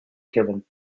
given